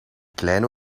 klein